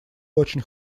очень